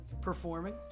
performing